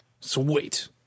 Sweet